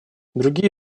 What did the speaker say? другие